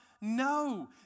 No